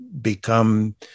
become